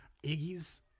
Iggy's